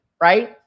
right